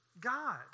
God